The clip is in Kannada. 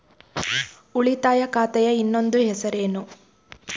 ಉಳಿತಾಯ ಖಾತೆಯ ಇನ್ನೊಂದು ಹೆಸರೇನು?